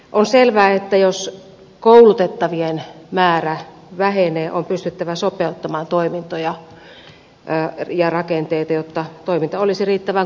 on selvää että jos koulutettavien määrä vähenee on pystyttävä sopeuttamaan toimintoja ja rakenteita jotta toiminta olisi riittävän kustannustehokasta